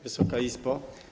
Wysoka Izbo!